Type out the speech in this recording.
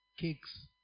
cakes